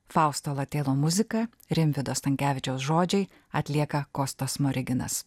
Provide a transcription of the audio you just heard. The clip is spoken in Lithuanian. fausto latėno muzika rimvydo stankevičiaus žodžiai atlieka kostas smoriginas